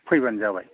फैबानो जाबाय